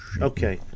Okay